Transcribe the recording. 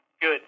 Good